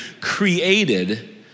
created